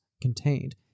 contained